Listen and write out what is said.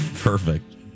Perfect